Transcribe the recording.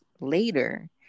later